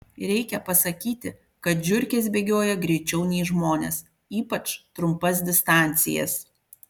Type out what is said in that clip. reikia pasakyti kad žiurkės bėgioja greičiau nei žmonės ypač trumpas distancijas